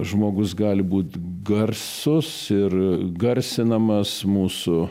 žmogus gali būt garsus ir garsinamas mūsų